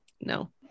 no